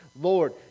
Lord